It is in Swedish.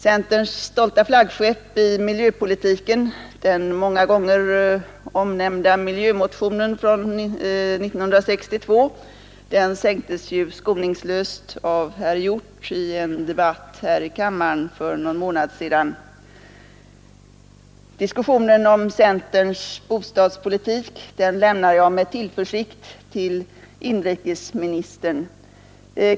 Centerns stolta flaggskepp i miljöpolitiken, den många gånger omnämnda miljömotionen från 1962, sänktes ju skoningslöst av herr Hjorth i en debatt här i kammaren för någon månad sedan. Diskussionen om centerns bostadspolitik lämnar jag med tillförsikt till inrikesministern.